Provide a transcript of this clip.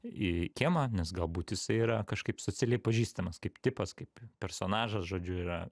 į kiemą nes galbūt jisai yra kažkaip socialiai pažįstamas kaip tipas kaip personažas žodžiu yra